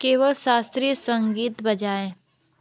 केवल शास्त्रीय संगीत बजाएं